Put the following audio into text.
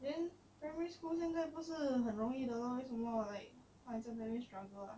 then primary school 现在不是很容易的 lor 为什么 like 她还在那边 struggle ah